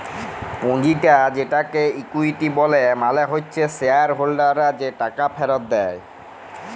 পুঁজিটা যেটাকে ইকুইটি ব্যলে মালে হচ্যে শেয়ার হোল্ডাররা যে টাকা ফেরত দেয়